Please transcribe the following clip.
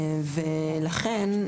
לכן,